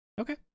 Okay